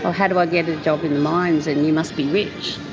ah how do i get a job in the mines? and you must be rich.